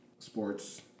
Sports